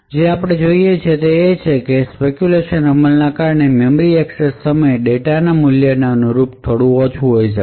જે આપણે જોઈએ છીએ તે છે કે સ્પેકયુલેશન અમલને કારણે મેમરી એક્સેસ સમય ડેટાના મૂલ્યને અનુરૂપ થોડું ઓછું હોઈ શકે